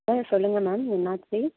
ம் சொல்லுங்கள் மேம் என்னாச்சு